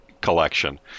collection